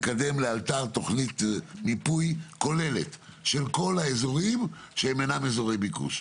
לקדם לאלתר תוכנית מיפוי כוללת של כל האזורים שהם אינם אזורי ביקוש.